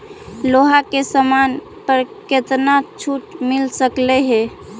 लोहा के समान पर केतना छूट मिल सकलई हे